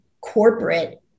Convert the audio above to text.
corporate